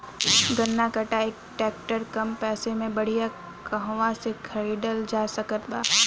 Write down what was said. गन्ना कटाई ट्रैक्टर कम पैसे में बढ़िया कहवा से खरिदल जा सकत बा?